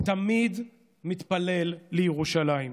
תמיד מתפלל לירושלים.